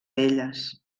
elles